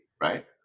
Right